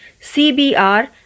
CBR